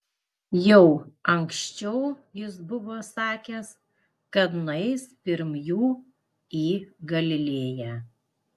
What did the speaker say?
jau anksčiau jis buvo sakęs kad nueis pirm jų į galilėją